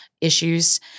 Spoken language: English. issues